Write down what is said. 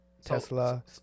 Tesla